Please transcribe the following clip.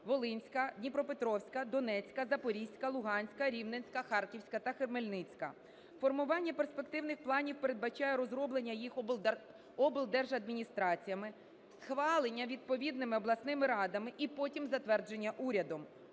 Волинська, Дніпропетровська, Донецька, Запорізька, Луганська, Рівненська, Харківська та Хмельницька. Формування перспективних планів передбачає розроблення їх облдержадміністраціями, схвалення відповідними обласними радами і потім затвердження урядом.